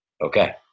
okay